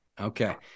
Okay